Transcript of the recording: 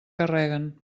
carreguen